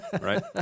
right